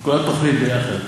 כל התוכנית יחד.